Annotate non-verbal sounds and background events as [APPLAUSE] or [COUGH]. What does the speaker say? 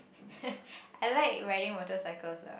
[LAUGHS] I like riding motorcycles lah